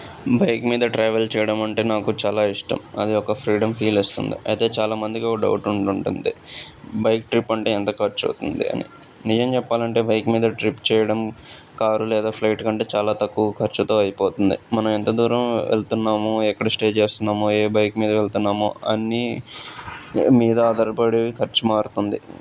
bike మీద travel చేయడం అంటే నాకు చాలా ఇష్టం అది ఒక ఫ్రీడమ్ ఫీల్ ఇస్తుంది అయితే చాలామందికి ఓ డౌట్ ఉంటుంది బైక్ ట్రిప్ అంటే ఎంత ఖర్చు అవుతుంది అని నిజం చెప్పాలి అంటే బైక్ మీద ట్రిప్ చేయడం కారు లేదా ఫ్లైట్ కంటే చాలా తక్కువ ఖర్చుతో అయిపోతుంది మనం ఎంత దూరం వెళ్తున్నాము ఎక్కడ స్టే చేస్తున్నామో ఏ బైక్ మీద వెళ్తున్నామో అన్ని మీద ఆధారపడి ఖర్చు మారుతుంది